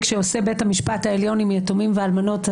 שעושה בית המשפט העליון עם יתומים ואלמנות.